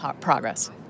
progress